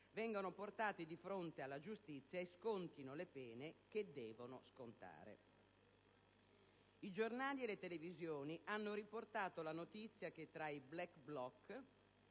vengano portati di fronte alla giustizia e scontino le pene che devono scontare. I giornali e le televisioni hanno riportato la notizia che tra i *black block*